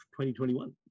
2021